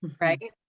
Right